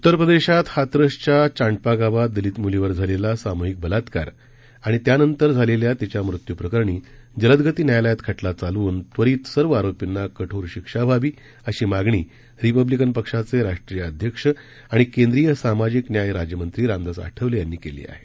उत्तर प्रदेशात हाथरसच्या चांडपा गावात दलित मुलीवर झालेला सामूहिक बलात्कार आणि त्यानंतर झालेल्या तिच्या मृत्यू प्रकरणी जलदगती न्यायालयात खटला चालवून त्वरित सर्व आरोपींना कठोर शिक्षा व्हावी अशी मागणी रिपब्लिकन पक्षाचे राष्ट्रीय अध्यक्ष आणि केंद्रीय सामाजिक न्याय राज्यमंत्री रामदास आठवले यांनी केली आहे